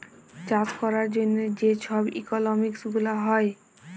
চাষ ক্যরার জ্যনহে যে ছব ইকলমিক্স গুলা হ্যয়